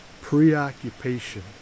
preoccupation